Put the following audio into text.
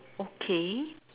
okay